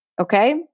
okay